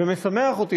ומשמח אותי,